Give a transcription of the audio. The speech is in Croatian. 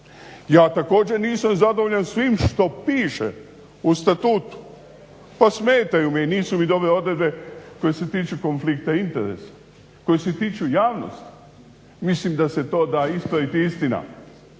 Ja također nisam zadovoljan svim što piše u statutu. Pa smetaju mi nisu mi dobre odredbe koje se tiču konflikta i interesa, koje se tiču javnosti. Mislim a se to da ispraviti. Istina,